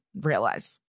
realize